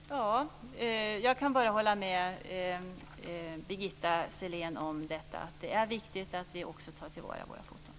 Fru talman! Jag kan bara hålla med Birgitta Sellén om att det är viktigt att vi också tar till vara våra foton.